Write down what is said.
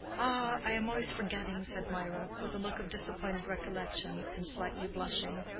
i am always forgetting, said mirah, with a look of disappointed recollection, and slightly blushing.